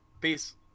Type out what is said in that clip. peace